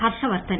Harshvardhan